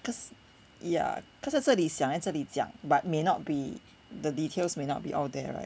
cause ya cause 他这里想来这里讲 but may not be the details may not be all there right